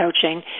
coaching